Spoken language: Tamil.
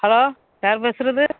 ஹலோ யார் பேசுவது